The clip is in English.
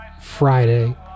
Friday